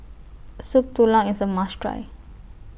Soup Tulang IS A must Try